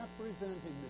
representing